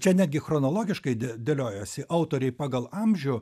čia netgi chronologiškai dė dėliojosi autoriai pagal amžių